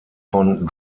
von